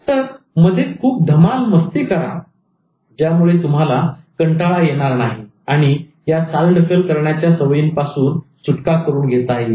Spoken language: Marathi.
तर मध्ये खूप धमाल मस्ती करा ज्यामुळे तुम्हाला कंटाळा येणार नाही आणि या चालढकल करण्याच्या सवयीपासून सुटका करून घेता येईल